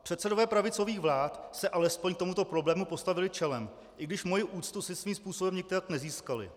Předsedové pravicových vlád se alespoň k tomuto problému postavili čelem, i když moji úctu si svým způsobem nikterak nezískali.